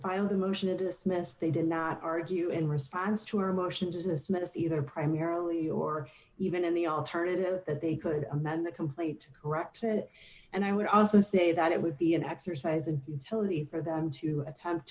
filed the motion to dismiss they did not argue in response to our motion to dismiss it either primarily or even in the alternative that they could amend the complete correction and i would also say that it would be an exercise in futility for them to attempt